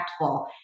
impactful